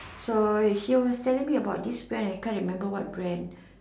so she was telling me about this brand I can't remember what brand